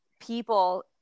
people